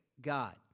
God